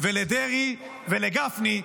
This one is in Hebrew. ולדרעי ולגפני,